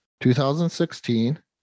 2016